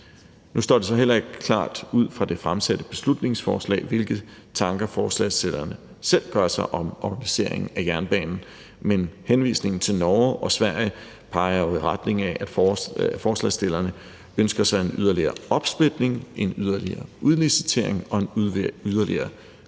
Nu står det så heller ikke klart ud fra det fremsatte beslutningsforslag, hvilke tanker forslagsstillerne selv gør sig om organiseringen af jernbanen, men henvisningen til Norge og Sverige peger jo i retning af, at forslagsstillerne ønsker sig en yderligere opsplitning, en yderligere udlicitering og en yderligere privatisering